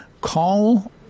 call